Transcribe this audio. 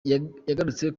yagarutse